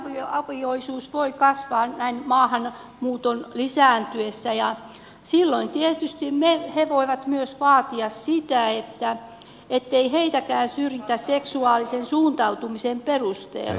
suomessakin moniavioisuus voi kasvaa näin maahanmuuton lisääntyessä ja silloin tietysti sitä kannattavat voivat myös vaatia sitä ettei heitäkään syrjitä seksuaalisen suuntautumisen perusteella